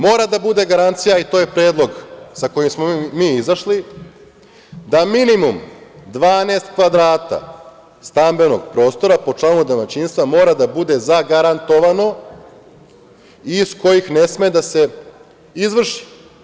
Mora da bude garancija, i to je predlog sa kojim smo mi izašli, da minimum 12 kvadrata stambenog prostora po članu domaćinstva mora da bude zagarantovano, iz kojih ne sme da se izvrši.